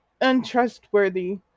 untrustworthy